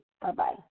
Bye-bye